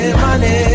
money